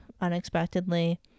unexpectedly